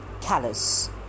callous